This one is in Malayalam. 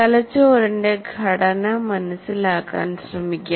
തലച്ചോറിന്റെ ഘടന മനസ്സിലാക്കാൻ ശ്രമിക്കാം